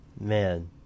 man